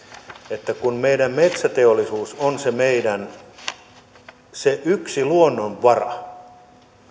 että meidän metsäteollisuus on meidän yksi luonnonvara